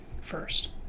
first